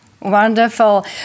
Wonderful